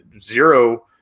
zero